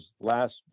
last